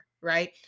right